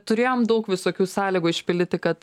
turėjom daug visokių sąlygų išpildyti kad